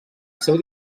seu